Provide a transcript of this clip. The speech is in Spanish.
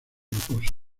rocosas